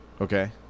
Okay